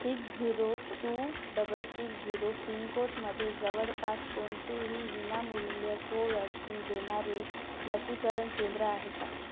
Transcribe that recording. six zero two double six zero पिनकोडमध्ये जवळपास कोणतेही विनामूल्य कोव्हॅक्सिन देणारे लसीकरण केंद्र आहे का